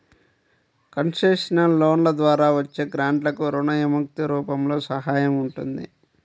concessional లోన్ల ద్వారా వచ్చే గ్రాంట్లకు రుణ విముక్తి రూపంలో సహాయం ఉంటుంది